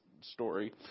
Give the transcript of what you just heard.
story